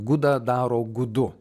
gudą daro gudu